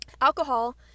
alcohol